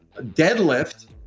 deadlift